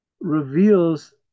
reveals